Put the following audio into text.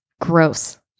gross